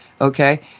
okay